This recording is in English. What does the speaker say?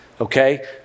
okay